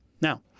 Now